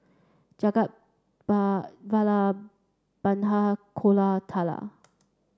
Jagat Vallabhbhai Koratala